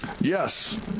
Yes